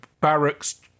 Barracks